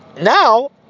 Now